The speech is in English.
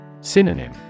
Synonym